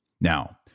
Now